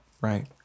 right